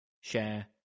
share